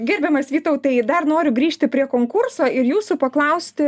gerbiamas vytautai dar noriu grįžti prie konkurso ir jūsų paklausti